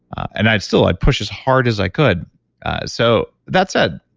and i'd still i'd push as hard as i could so that said,